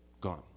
gone